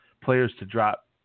players-to-drop